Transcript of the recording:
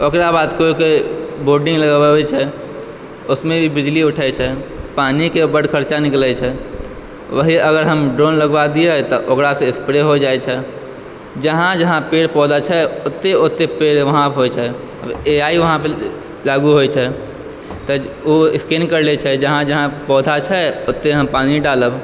ओकरा बाद कोइ कोइ बोरिङ्ग लगबाबै छै उसमे भी बिजली उठै छै पानीके बड़ खर्चा निकलै छै ओहि अगर हम ड्रोन लगवा दियऽ तऽ ओकरासँ स्प्रे हो जाइ छै जहाँ जहाँ पेड़ पौधा छै ओतऽ ओतऽ पेड़ वहाँ होइ छै ए आइ वहाँपर लागू होइ छै तऽ ओ स्कैन करि लै छै जहाँ जहाँ पौधा छै ओतऽ हम पानी डालब